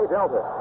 Delta